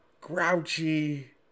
grouchy